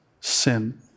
sin